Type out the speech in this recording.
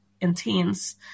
intense